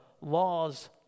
Laws